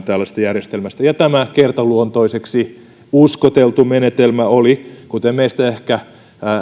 tällaisesta järjestelmästä ja tämä kertaluontoiseksi uskoteltu menetelmä on kuten skeptisimmät meistä ehkä